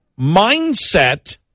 mindset